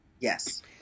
Yes